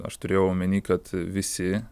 aš turėjau omeny kad visi